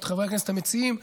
את חברי הכנסת המציעים,